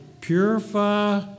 purify